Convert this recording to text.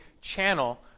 channel